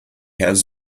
has